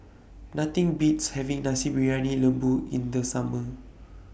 Nothing Beats having Nasi Briyani Lembu in The Summer